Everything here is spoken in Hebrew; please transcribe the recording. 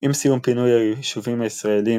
עם סיום פינוי היישובים הישראליים